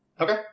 Okay